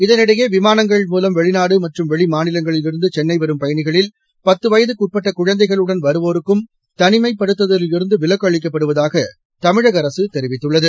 இதனிடையே விமானங்கள் மூலம் வெளிநாடு மற்றும் வெளி மாநிலங்களிலிருந்து சென்னை வரும் பயணிகளில் பத்து வயதுக்கு உட்பட்ட குழந்தைகளுடன் வருவோருக்கும் தனிமைப்படுத்துதலிலிருந்து விலக்கு அளிக்கப்படுவதாக தமிழக அரசு தெரிவித்துள்ளது